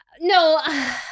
No